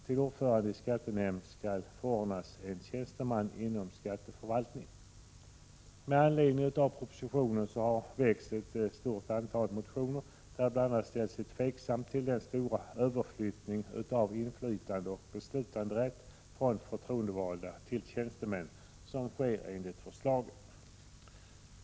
Till ordförande i en skattenämnd skall förordnas 16 december 1986 en tjänsteman inom skatteförvaltningen. UNS SENSE Med anledning av propositionen har väckts ett antal motioner, där man bl.a. ställt sig tveksam till den stora överflyttning av inflytande och beslutanderätt från förtroendevalda till tjänstemän som sker enligt förslaget.